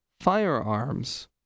firearms